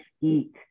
eat